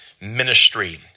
ministry